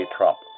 Trump